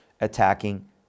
attacking